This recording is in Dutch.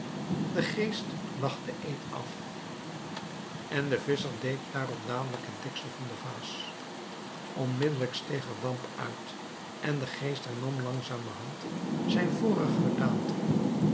de geest lag den eed af en de visscher deed daarop dadelijk het deksel van de vaas onmiddelijk steeg er damp uit op en de geest hernam langzamerhand zijne vorige